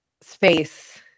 space